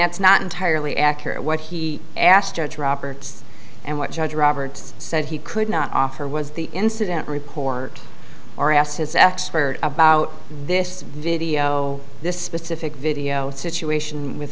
that's not entirely accurate what he asked judge roberts and what judge roberts said he could not offer was the incident report or ask his expert about this video this specific video situation with